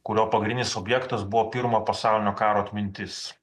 kurio pagrindinis objektas buvo pirmo pasaulinio karo atmintis